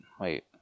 wait